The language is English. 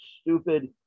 stupid